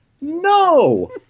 No